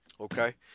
okay